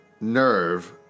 Nerve